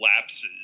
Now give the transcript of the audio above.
lapses